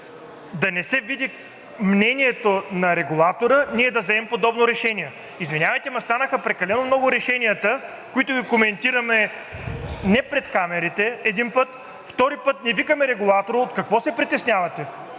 да не се види мнението на Регулатора, ние да вземем подобно решение. Извинявайте, но станаха прекалено много решенията, които коментираме не пред камерите, един път. Втори път, не викаме Регулатора. От какво се притеснявате